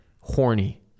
Horny